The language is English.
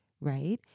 right